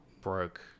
broke